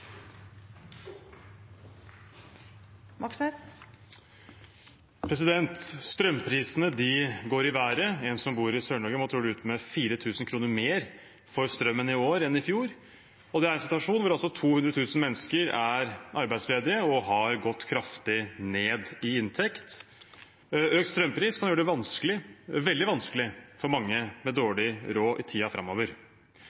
bor i Sør-Norge, må trolig ut med 4 000 kr mer for strømmen i år enn i fjor, og det i en situasjon der 200 000 mennesker er arbeidsledige og har gått kraftig ned i inntekt. Økt strømpris kan gjøre det vanskelig – veldig vanskelig – for mange med